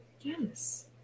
Yes